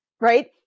right